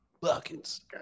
buckets